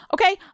okay